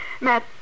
Matt